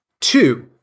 Two